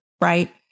Right